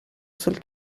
sul